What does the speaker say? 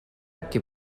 que